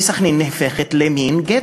וסח'נין נהפכת למין גטו,